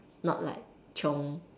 not like chiong